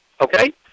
Okay